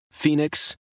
Phoenix